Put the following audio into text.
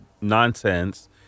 nonsense